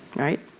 right?